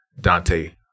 Dante